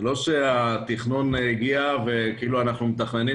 זה לא התכנון הגיע וכאילו אנחנו מתכננים